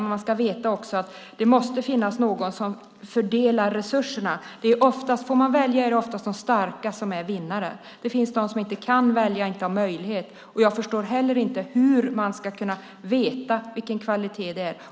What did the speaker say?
Men man ska också veta att det måste finnas någon som fördelar resurserna. Om man får välja är det oftast de starka som är vinnare. Det finns de som inte kan välja och som inte har möjlighet. Jag förstår inte heller hur man ska kunna veta vilken kvalitet det är.